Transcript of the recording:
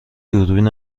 دوربین